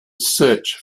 search